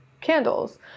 candles